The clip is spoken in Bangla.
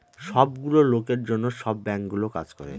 সব গুলো লোকের জন্য সব বাঙ্কগুলো কাজ করে